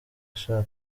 sha